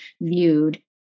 viewed